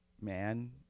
man